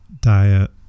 diet